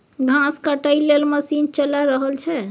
घास काटय लेल मशीन चला रहल छै